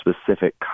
specific